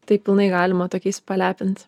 tai pilnai galima tokiais palepint